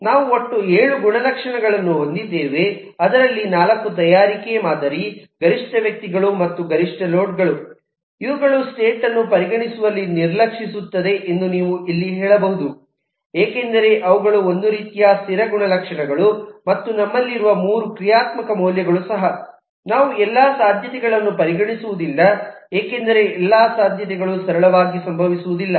ನಾವು ಒಟ್ಟು 7 ಗುಣಲಕ್ಷಣಗಳನ್ನು ಹೊಂದಿದ್ದೇವೆ ಅದರಲ್ಲಿ 4 ತಯಾರಿಕೆ ಮಾದರಿ ಗರಿಷ್ಠ ವ್ಯಕ್ತಿಗಳು ಮತ್ತು ಗರಿಷ್ಠ ಲೋಡ್ ಗಳು ಇವುಗಳು ಸ್ಟೇಟ್ ಅನ್ನು ಪರಿಗಣಿಸುವಲ್ಲಿ ನಿರ್ಲಕ್ಷಿಸುತ್ತದೆ ಎಂದು ನೀವು ಇಲ್ಲಿ ಹೇಳಬಹುದು ಏಕೆಂದರೆ ಅವುಗಳು ಒಂದು ರೀತಿಯ ಸ್ಥಿರ ಗುಣಲಕ್ಷಣಗಳು ಮತ್ತು ನಮ್ಮಲ್ಲಿರುವ 3 ಕ್ರಿಯಾತ್ಮಕ ಮೌಲ್ಯಗಳು ಸಹ ನಾವು ಎಲ್ಲಾ ಸಾಧ್ಯತೆಗಳನ್ನು ಪರಿಗಣಿಸುವುದಿಲ್ಲ ಏಕೆಂದರೆ ಎಲ್ಲಾ ಸಾಧ್ಯತೆಗಳು ಸರಳವಾಗಿ ಸಂಭವಿಸುವುದಿಲ್ಲ